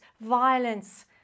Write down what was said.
violence